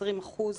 20 אחוזים.